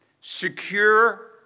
secure